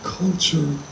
culture